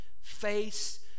face